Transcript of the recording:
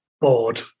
bored